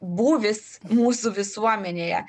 būvis mūsų visuomenėje